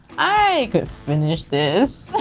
i could finish this.